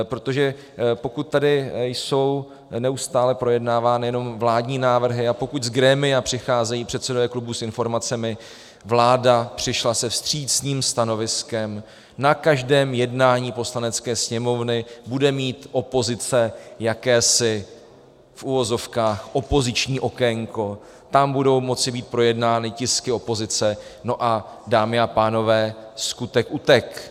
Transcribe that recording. Protože pokud tady jsou neustále projednávány jenom vládní návrhy a pokud z grémia přicházejí předsedové klubů s informacemi: vláda přišla se vstřícným stanoviskem, na každém jednání Poslanecké sněmovny bude mít opozice jakési opoziční okénko, tam budou moci být projednány tisky opozice a dámy a pánové, skutek utek.